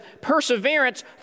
perseverance